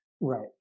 Right